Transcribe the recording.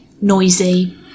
noisy